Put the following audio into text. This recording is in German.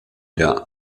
der